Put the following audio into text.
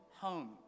home